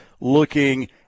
looking